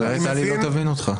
אחרת טלי לא תבין אותך.